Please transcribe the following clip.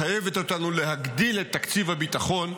מחייבת אותנו להגדיל את תקציב הביטחון,